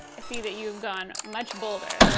i see that you've gone much bolder,